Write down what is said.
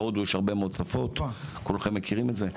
בהודו יש הרבה מאוד שפות כולכם מכירים את זה,